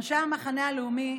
אנשי המחנה הלאומי,